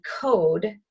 code